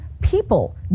people